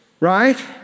right